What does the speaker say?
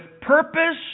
purpose